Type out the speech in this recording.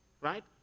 right